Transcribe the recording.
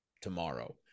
tomorrow